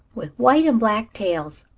with white and black tails.